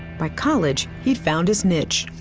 by college he'd found his niche.